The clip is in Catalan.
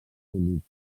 unit